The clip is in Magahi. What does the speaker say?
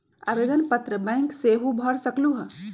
आवेदन पत्र बैंक सेहु भर सकलु ह?